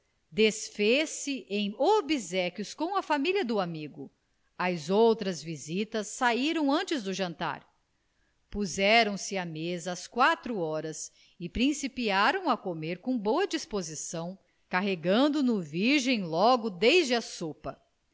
desfez-se em obséquios com a família do amigo as outras visitas saíram antes do jantar puseram-se à mesa às quatro horas e principiaram a comer com boa disposição carregando no virgem logo desde a sopa